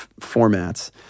formats